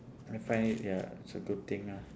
I find it ya it's a good thing lah